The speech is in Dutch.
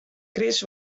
chris